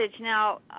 Now